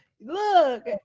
Look